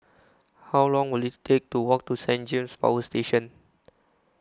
How Long Will IT Take to Walk to Saint James Power Station